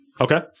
Okay